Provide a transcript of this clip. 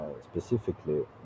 specifically